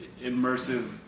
immersive